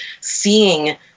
seeing